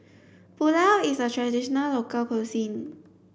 Pulao is a traditional local cuisine